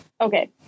Okay